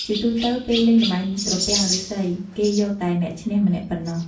ជាទូទៅ ពេលលេងល្បែងត្រពាំងឬុស្សី គេយកតែអ្នកឈ្នះម្នាក់ប៉ុណ្ណោះ។